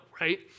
Right